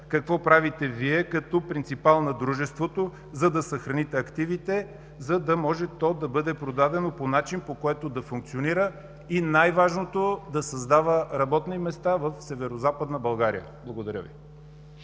Какво правите Вие като принципал на дружеството, за да съхраните активите, за да може то да бъде продадено по начин, по който да функционира, и най-важното – да създава работни места в Северозападна България? Благодаря Ви.